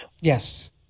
Yes